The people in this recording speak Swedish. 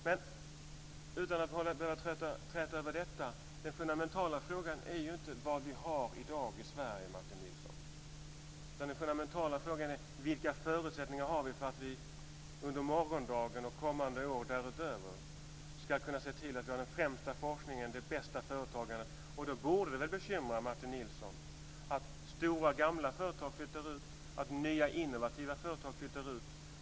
Men utan att behöva träta över detta är den fundamentala frågan inte vad vi har i dag i Sverige, Martin Nilsson. Den fundamentala frågan är vilka förutsättningar vi har för att under morgondagen och kommande år därutöver kunna se till att vi har den främsta forskningen och det bästa företagandet. Då borde det väl bekymra Martin Nilsson att stora gamla företag flyttar ut och att nya innovativa företag flyttar ut.